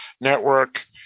network